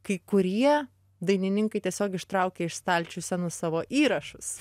kai kurie dainininkai tiesiog ištraukė iš stalčių senus savo įrašus